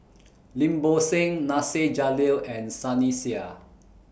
Lim Bo Seng Nasir Jalil and Sunny Sia